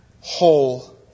whole